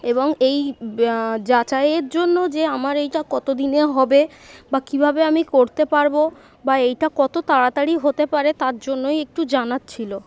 এবং এই যাচাইয়ের জন্য যে আমার এইটা কত দিনে হবে বা কীভাবে আমি করতে পারব বা এইটা কত তাড়াতাড়ি হতে পারে তার জন্যই একটু জানার ছিল